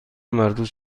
مردود